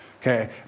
Okay